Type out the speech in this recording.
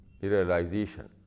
realization